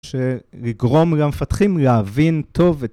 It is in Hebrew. לגרום למפתחים להבין טוב